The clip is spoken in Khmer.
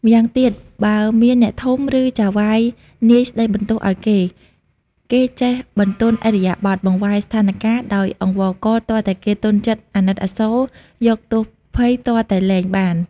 ម្យ៉ាងទៀត បើមានអ្នកធំ ឬចៅហ្វាយនាយស្ដីបន្ទោសឲ្យគេ គេចេះបន្ទន់ឥរិយាបថ បង្វែរស្ថានការណ៍ដោយអង្វរកទាល់តែគេទន់ចិត្តអាណិតអាសូរ យកទោសភ័យទាល់តែលែងបាន។